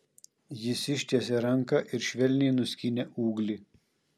jis ištiesė ranką ir švelniai nuskynė ūglį